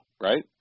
right